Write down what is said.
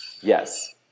Yes